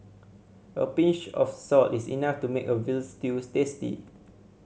a pinch of salt is enough to make a veal stews tasty